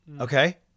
Okay